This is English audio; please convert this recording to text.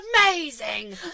amazing